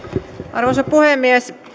arvoisa puhemies